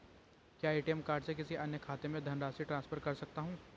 क्या ATM card से किसी अन्य खाते में धनराशि ट्रांसफर कर सकता हूँ?